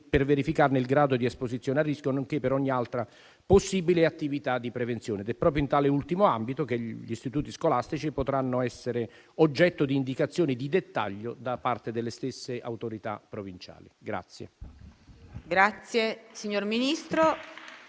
per verificarne il grado di esposizione a rischio, nonché per ogni altra possibile attività di prevenzione. È proprio in tale ultimo ambito che gli istituti scolastici potranno essere oggetto di indicazioni di dettaglio da parte delle stesse autorità provinciali.